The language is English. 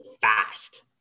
fast